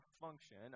function